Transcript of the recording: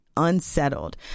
unsettled